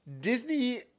Disney